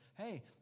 Hey